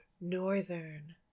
Northern